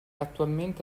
attualmente